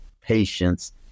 patience